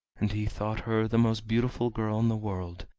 and he thought her the most beautiful girl in the world.